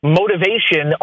motivation